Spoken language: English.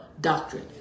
doctrine